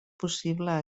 possible